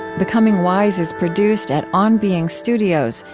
becoming wise is produced at on being studios,